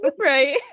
Right